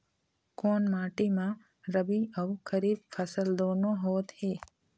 कोन माटी म रबी अऊ खरीफ फसल दूनों होत हे?